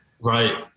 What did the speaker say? Right